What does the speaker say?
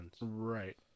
Right